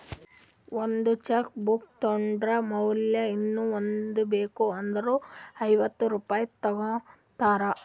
ಒಂದ್ cheque book ತೊಂಡ್ ಮ್ಯಾಲ ಇನ್ನಾ ಒಂದ್ ಬೇಕ್ ಅಂದುರ್ ಐವತ್ತ ರುಪಾಯಿ ತಗೋತಾರ್